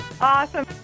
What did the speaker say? Awesome